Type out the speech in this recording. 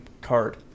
card